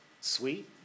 sweet